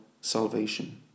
salvation